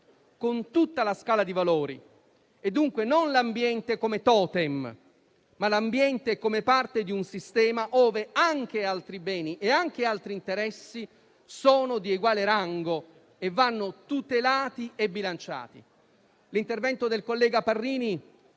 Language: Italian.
con tutta la scala di valori; dunque, non l'ambiente come totem, ma come parte di un sistema ove anche altri beni e altri interessi sono di eguale rango e vanno tutelati e bilanciati. L'intervento del collega Parrini